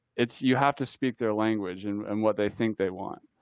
it's you have to speak their language and and what they think they want.